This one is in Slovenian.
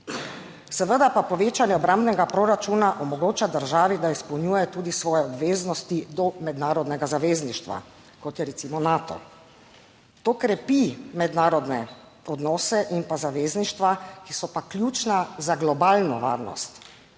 Seveda pa povečanje obrambnega proračuna omogoča državi, da izpolnjuje tudi svoje obveznosti do mednarodnega zavezništva, kot je recimo Nato, to krepi mednarodne odnose in zavezništva, ki so pa ključna za globalno varnost.